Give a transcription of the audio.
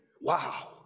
wow